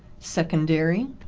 secondary,